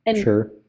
Sure